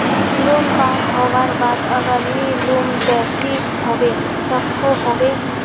Loan pass होबार बाद अगर नी लुम ते की होबे सकोहो होबे?